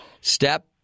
step